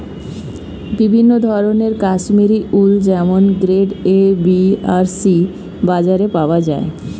বিভিন্ন ধরনের কাশ্মীরি উল যেমন গ্রেড এ, বি আর সি বাজারে পাওয়া যায়